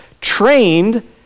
trained